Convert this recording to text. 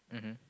mmhmm